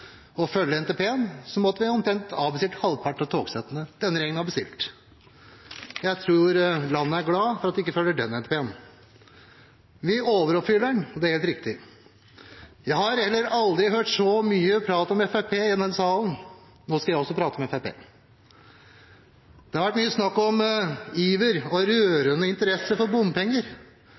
og følge NTP-en – måtte vi omtrent ha avbestilt halvparten av togsettene denne regjeringen har bestilt. Jeg tror landet er glad for at vi ikke følger den NTP-en. Vi overoppfyller den, det er helt riktig. Jeg har heller aldri hørt så mye prat om Fremskrittspartiet i denne salen – nå skal jeg også prate om Fremskrittspartiet. Det har vært mye snakk om iver og rørende interesse for bompenger.